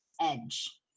edge